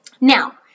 Now